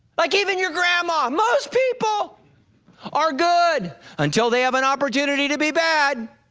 like even your grandma most people are good until they have an opportunity to be bad.